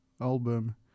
album